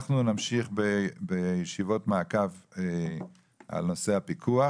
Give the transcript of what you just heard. אנחנו נמשיך בישיבות מעקב על נושא הפיקוח,